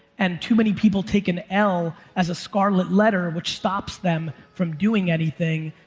and too many people take an l as a scarlet letter which stops them from doing anything,